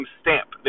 stamp